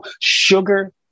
Sugar